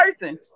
person